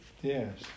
Yes